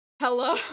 hello